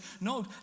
no